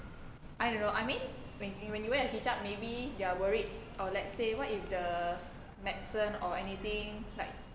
I don't know I mean when when you wear a hijab maybe they are worried oh let's say what if the medicine or anything like